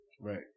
Right